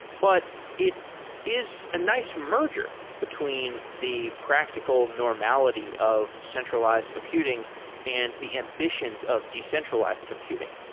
but it is a nice merger between the practical normality of centralized computing and the ambitions of decentralized computing.